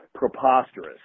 Preposterous